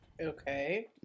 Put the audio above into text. Okay